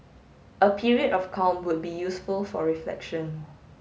a period of calm would be useful for reflection